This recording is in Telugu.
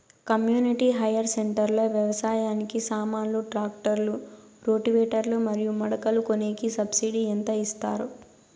కమ్యూనిటీ హైయర్ సెంటర్ లో వ్యవసాయానికి సామాన్లు ట్రాక్టర్లు రోటివేటర్ లు మరియు మడకలు కొనేకి సబ్సిడి ఎంత ఇస్తారు